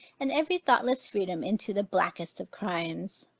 and every thoughtless freedom into the blackest of crimes.